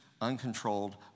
Uncontrolled